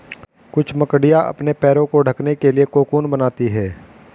कुछ मकड़ियाँ अपने पैरों को ढकने के लिए कोकून बनाती हैं